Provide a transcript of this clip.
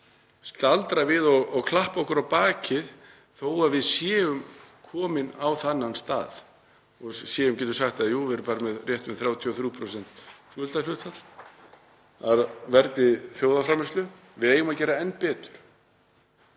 staldra við og klappa okkur á bakið þó að við séum komin á þennan stað og getum sagt að við séum hér með rétt um 33% skuldahlutfall af vergri þjóðarframleiðslu. Við eigum að gera enn betur.